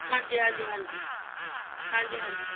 ਹਾਂਜੀ ਹਾਂਜੀ ਹਾਂਜੀ ਹਾਂਜੀ ਹਾਂਜੀ